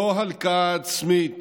לא הלקאה עצמית